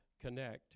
connect